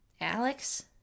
Alex